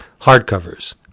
hardcovers